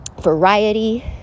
variety